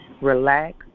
relax